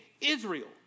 Israel